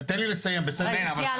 שנייה,